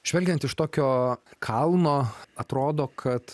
žvelgiant iš tokio kalno atrodo kad